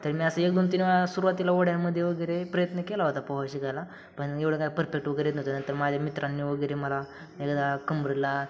तर मी असं एक दोन तीन वेळा सुरुवातीला ओढ्यांमध्ये वगैरे प्रयत्न केला होता पोहाय शिकायला पण एवढं काय परफेक्ट वगैरे नव्हतं नंतर माझ्या मित्रांनी वगैरे मला एकदा कंबरेला